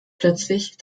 plötzlich